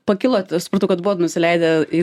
pakilot supratau kad buvot nusileidę į